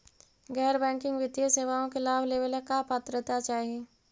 गैर बैंकिंग वित्तीय सेवाओं के लाभ लेवेला का पात्रता चाही?